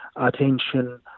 attention